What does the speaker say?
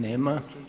Nema.